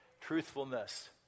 truthfulness